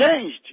changed